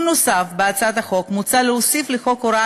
גברתי היושבת-ראש,